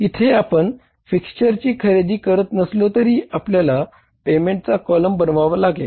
इथे आपण फिक्स्चरची खरेदी करत नसलो तरी आपल्याला पेमेंटचा कॉलम बनवावा लागेल